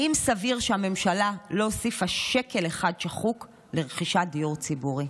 האם סביר שהממשלה לא הוסיפה שקל אחד שחוק לרכישת דיור ציבורי?